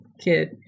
kid